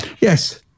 Yes